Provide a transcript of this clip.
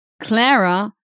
Clara